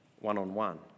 one-on-one